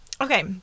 Okay